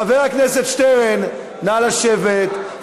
חבר הכנסת שטרן, נא לשבת.